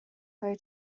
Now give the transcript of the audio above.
های